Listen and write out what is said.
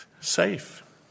Safe